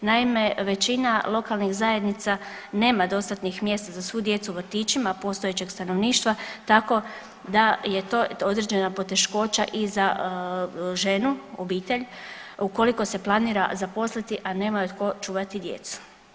Naime, većina lokalnih zajednica nema dostatnih mjesta za svu djecu u vrtićima postojećeg stanovništva tako da je to određena poteškoća i za ženu, obitelj ukoliko se planira zaposliti, a nema joj tko čuvati djecu.